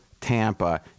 Tampa